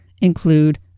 include